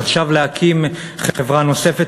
אז עכשיו להקים חברה נוספת?